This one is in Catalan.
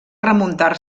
remuntar